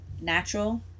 natural